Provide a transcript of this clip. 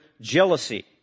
jealousy